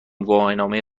گواهینامه